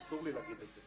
אסור לי להגיד את זה.